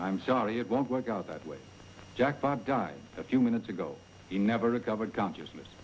i'm sorry it won't work out that way jack died a few minutes ago you never recovered consciousness